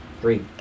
Three